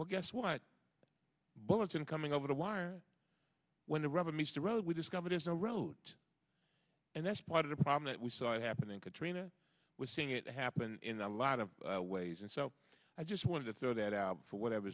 well guess what bullets in coming over the wire when the rubber meets the road we discovered is a road and that's part of the problem that we saw happen in katrina was seeing it happen in a lot of ways and so i just wanted to throw that out for whatever